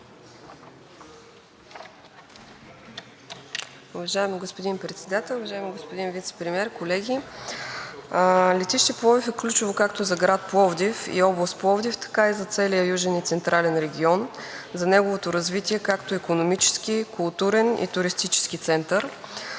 Уважаеми господин Председател, уважаеми господин Вицепремиер, колеги! Летище Пловдив е ключово както за град Пловдив и област Пловдив, така и целия Южен и Централен регион, за неговото развитие като икономически, културен и туристически център.